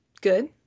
good